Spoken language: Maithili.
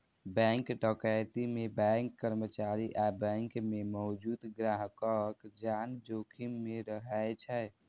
बैंक डकैती मे बैंक कर्मचारी आ बैंक मे मौजूद ग्राहकक जान जोखिम मे रहै छै